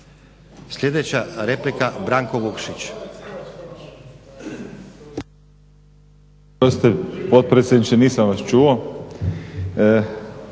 Sljedeća replika Branko Vukšić.